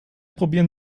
probieren